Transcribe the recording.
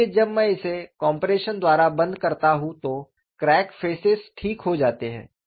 इसलिए जब मैं इसे कॉम्प्रेशन द्वारा बंद करता हूं तो क्रैक फेसेस ठीक हो जाते हैं